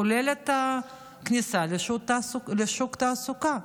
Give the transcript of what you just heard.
כולל הכניסה לשוק התעסוקה.